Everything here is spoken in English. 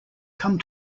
come